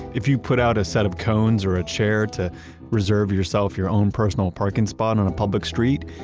if you put out a set of cones or a chair to reserve yourself your own personal parking spot on a public street,